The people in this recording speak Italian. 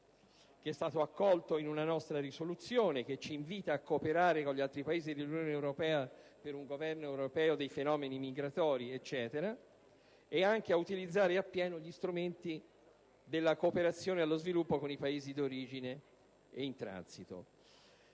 che è stato raccolto nella risoluzione della 3° Commissione, e che ci invita a cooperare con gli altri Paesi dell'Unione europea per un governo europeo dei fenomeni migratori e ad utilizzare appieno gli strumenti della cooperazione allo sviluppo con i Paesi d'origine e di transito.